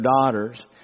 daughters